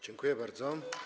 Dziękuję bardzo.